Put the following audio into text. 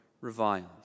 reviled